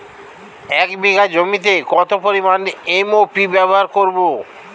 এক বিঘা জমিতে কত পরিমান এম.ও.পি ব্যবহার করব?